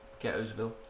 Ghettosville